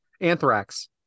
Anthrax